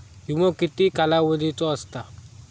विमो किती कालावधीचो असता?